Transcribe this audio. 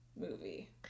movie